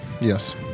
yes